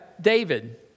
David